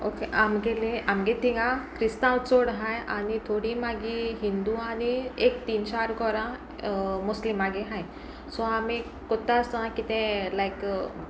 okay आमगेली आमगे तिंगा क्रिस्तांव चड आसाय आनी थोडीं मागीर हिंदू आनी एक तीन चार घरां मुस्लिमांगेर आसाय सो आमी करता आसा कितें लायक